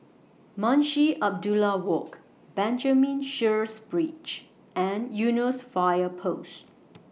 Munshi Abdullah Walk Benjamin Sheares Bridge and Eunos Fire Post